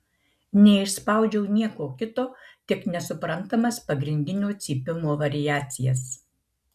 neišspaudžiau nieko kito tik nesuprantamas pagrindinio cypimo variacijas